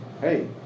Hey